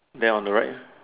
then on the right